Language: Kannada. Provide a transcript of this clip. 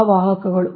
ಆ ವಾಹಕಗಳು